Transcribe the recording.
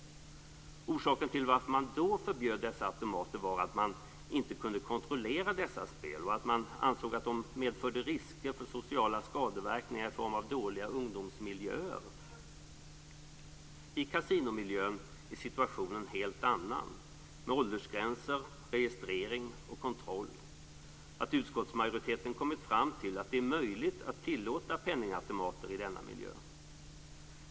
Orsaken till att man då förbjöd dessa automater var att man inte kunde kontrollera dessa spel och att man ansåg att de medförde risker för sociala skadeverkningar i form av dåliga ungdomsmiljöer. I kasinomiljön är situationen en helt annan, med åldersgränser, registrering och kontroll, så utskottsmajoriteten har kommit fram till att det är möjligt att tillåta penningautomater i denna miljö.